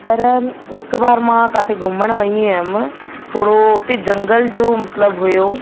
पर हिक बार मां किथे घुमणु वई हुअमि थोरो हुते जंगल जो मतिलबु हुओ